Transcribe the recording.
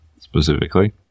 specifically